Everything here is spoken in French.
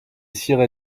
ciré